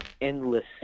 endless